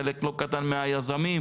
חלק לא קטן מהיזמים.